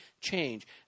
change